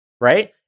right